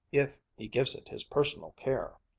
if he gives it his personal care.